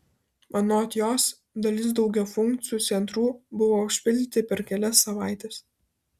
anot jos dalis daugiafunkcių centrų buvo užpildyti per kelias savaites